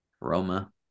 Roma